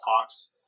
talks